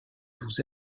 vous